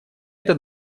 это